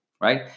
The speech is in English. right